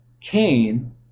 Cain